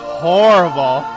horrible